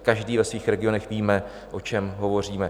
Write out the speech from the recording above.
Každý ve svých regionech víme, o čem hovoříme.